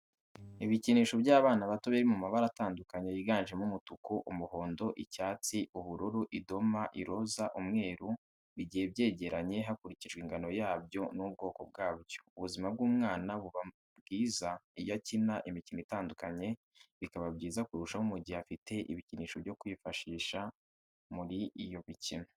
Ibikinisho by'abana bato biri mu mabara atandukanye yiganjemo umutuku, umuhondo, icyatsi, ubururu, idoma, iroza, umweru, bigiye byegeranye hakurikijwe ingano yabyo n'ubwoko bwabyo ubuzima bw'umwana buba bwiza iyo akina imikino itandukanye, bikaba byiza kurushaho mu gihe afite ibikinisho byo kwifashisha muri iyo mikino.